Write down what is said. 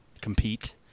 compete